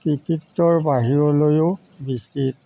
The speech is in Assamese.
কৃতিত্বৰ বাহিৰলৈও বিস্তৃত